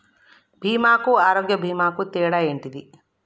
బీమా కు ఆరోగ్య బీమా కు తేడా ఏంటిది?